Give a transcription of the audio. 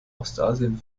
ostasien